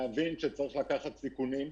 להבין שצריך לקחת סיכונים.